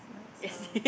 it's like some